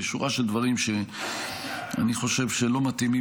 ושורה של דברים שאני חושב שלא מתאימים